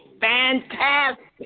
fantastic